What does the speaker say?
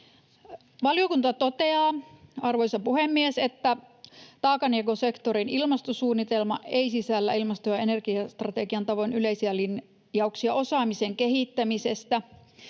Valiokunta toteaa, arvoisa puhemies, että taakanjakosektorin ilmastosuunnitelma ei sisällä ilmasto- ja energiastrategian tavoin yleisiä linjauksia osaamisen kehittämisestä,